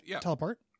teleport